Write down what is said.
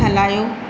हलायो